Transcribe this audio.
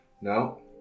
No